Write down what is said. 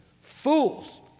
fools